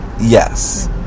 Yes